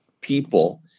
people